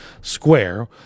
square